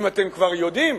אם אתם כבר יודעים,